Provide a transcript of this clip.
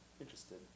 interested